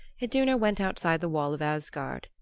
iduna went outside the wall of asgard.